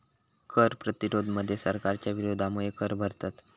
कर प्रतिरोध मध्ये सरकारच्या विरोधामुळे कर भरतत